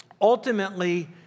Ultimately